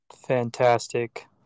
Fantastic